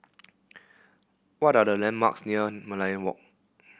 what are the landmarks near Merlion Walk